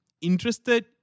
interested